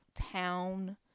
town